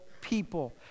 people